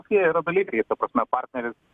tokie yra dalykai ta prasme partneris